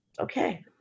okay